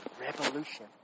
revolution